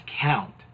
count